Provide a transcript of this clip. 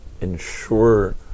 ensure